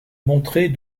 montrer